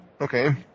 Okay